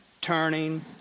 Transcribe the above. turning